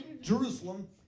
Jerusalem